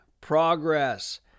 progress